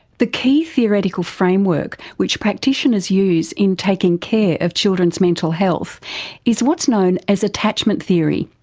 the key theoretical framework which practitioners use in taking care of children's mental health is what's known as attachment theory.